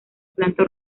planta